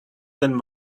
than